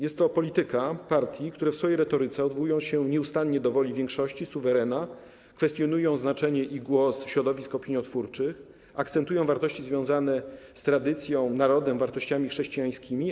Jest to polityka partii, które w swojej retoryce odwołują się nieustannie do woli większości, suwerena, kwestionują znaczenie i głos środowisk opiniotwórczych, akcentują wartości związane z tradycją, narodem, wartościami chrześcijańskimi.